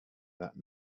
that